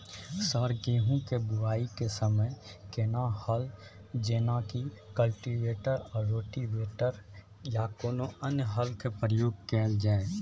Sir गेहूं के बुआई के समय केना हल जेनाकी कल्टिवेटर आ रोटावेटर या कोनो अन्य हल के प्रयोग कैल जाए?